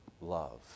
love